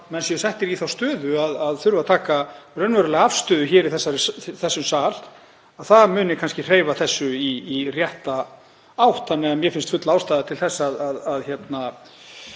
menn séu settir í þá stöðu að þurfa að taka raunverulega afstöðu hér í þessum sal — muni kannski hreyfa þessu í rétta átt. Þannig að mér finnst full ástæða til þess að á